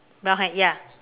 brown hair ya